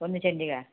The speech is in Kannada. ಒಂದು ಚೆಂಡಿಗಾ